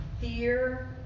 Fear